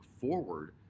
forward